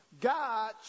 God